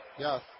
Yes